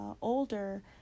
older